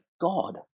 God